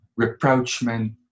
reproachment